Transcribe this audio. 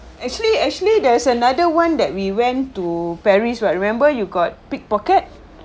actually actually there's another one that we went to paris right remember you got pickpocket